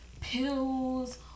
pills